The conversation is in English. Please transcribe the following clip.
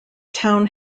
town